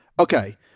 Okay